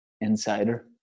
insider